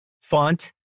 font